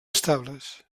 estables